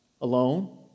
alone